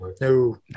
No